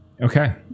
Okay